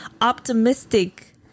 optimistic